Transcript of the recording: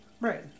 Right